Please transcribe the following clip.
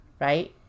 right